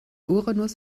uranus